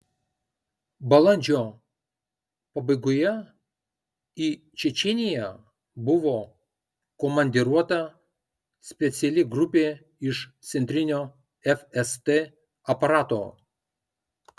balandžio pabaigoje į čečėniją buvo komandiruota speciali grupė iš centrinio fst aparato